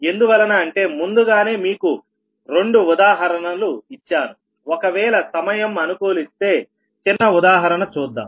ఎందువలన అంటే ముందుగానే మీకు రెండు ఉదాహరణలు ఇచ్చాను ఒకవేళ సమయం అనుకూలిస్తే చిన్న ఉదాహరణ చూద్దాం